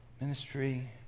Ministry